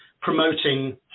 promoting